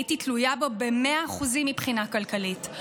הייתי תלויה בו ב-100% מבחינה כלכלית.